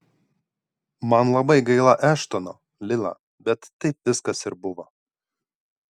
man labai gaila eštono lila bet taip viskas ir buvo